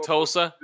Tulsa